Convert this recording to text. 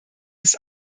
ist